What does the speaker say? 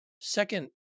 second